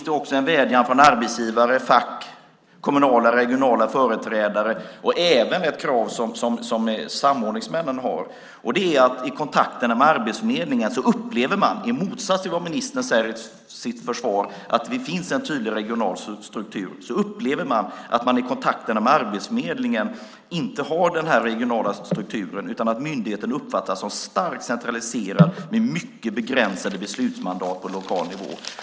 Det är en vädjan från arbetsgivare, fack, kommunala och regionala företrädare och även ett krav som samordningsmännen har. I motsats till vad ministern säger till sitt försvar, att det finns en tydlig regional struktur, upplever man att man i kontakterna med Arbetsförmedlingen inte har den här regionala strukturen, utan myndigheten uppfattas som starkt centraliserad med mycket begränsade beslutsmandat på lokal nivå.